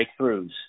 breakthroughs